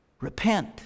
Repent